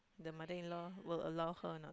the mother in law will allow her or not